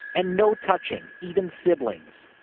and no touching, even siblings.